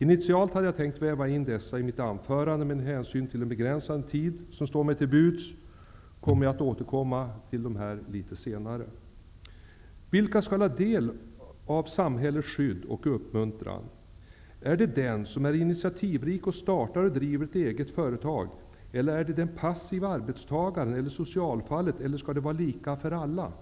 Initialt hade jag tänkt väva in dessa i mitt anförande, men med hänsyn till den begränsade tid som står mig till buds kommer jag att återkomma till dem litet senare. Vilka skall ha del av samhällets skydd och uppmuntran? Är det den som är initiativrik och startar och driver ett eget företag, eller är det den passiva arbetstagaren eller socialfallet, eller skall det vara lika för alla?